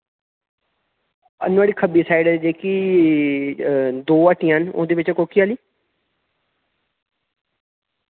नुआढ़ी खब्बी साइड जेह्की दो हट्टियां न ओह्दे बिचा कोह्की आह्ली